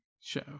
show